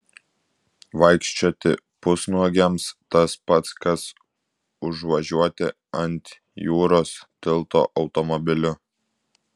vaikščioti pusnuogiams tas pats kas užvažiuoti ant jūros tilto automobiliu